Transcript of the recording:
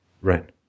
Right